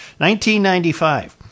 1995